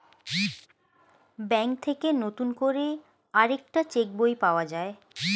bank থেকে নতুন করে আরেকটা চেক বই পাওয়া যায়